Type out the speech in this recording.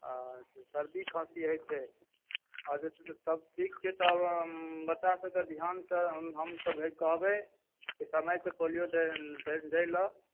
सर्दी खासी हो छै अच्छा सभ ठीक छै तब बच्चा सभकऽ ध्यान तऽ हम कहबय कि समयसँ पोलियो दयलऽ